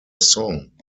song